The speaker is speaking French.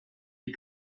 est